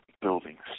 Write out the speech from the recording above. buildings